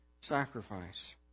sacrifice